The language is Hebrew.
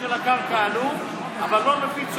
עד שבניתי,